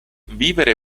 vivere